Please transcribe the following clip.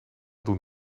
doen